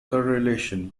correlation